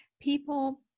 people